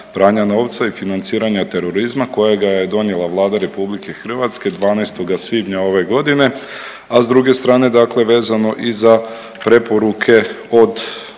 pranja novca i financiranja terorizma kojega je donijela Vlada RH 12. svibnja ove godine, a s druge strane dakle vezano i za preporuke od